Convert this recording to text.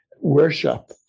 worship